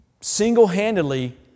single-handedly